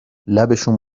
لبشون